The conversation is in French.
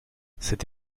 cette